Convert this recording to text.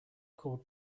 called